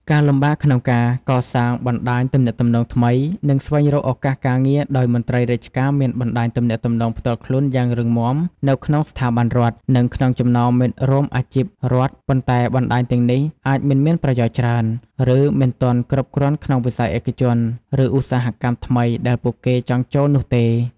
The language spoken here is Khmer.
ការលំបាកក្នុងការកសាងបណ្តាញទំនាក់ទំនងថ្មី និងស្វែងរកឱកាសការងារដោយមន្ត្រីរាជការមានបណ្តាញទំនាក់ទំនងផ្ទាល់ខ្លួនយ៉ាងរឹងមាំនៅក្នុងស្ថាប័នរដ្ឋ និងក្នុងចំណោមមិត្តរួមអាជីពរដ្ឋ ប៉ុន្តែបណ្តាញទាំងនេះអាចមិនមានប្រយោជន៍ច្រើន ឬមិនទាន់គ្រប់គ្រាន់ក្នុងវិស័យឯកជន ឬឧស្សាហកម្មថ្មីដែលពួកគេចង់ចូលនោះទេ។